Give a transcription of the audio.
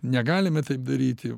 negalime taip daryt jau